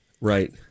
Right